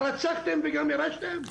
הרצחתם וגם ירשתם?